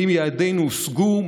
האם יעדינו הושגו,